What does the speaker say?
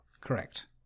Correct